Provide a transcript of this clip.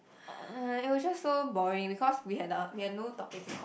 uh it was just so boring because we had uh we had no topics in common